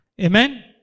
Amen